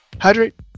hydrate